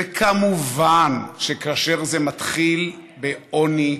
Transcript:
10%. וכמובן, כאשר זה מתחיל בעוני,